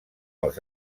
els